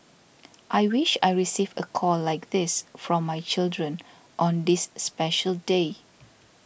I wish I receive a call like this from my children on this special day